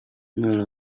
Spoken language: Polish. ale